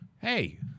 Hey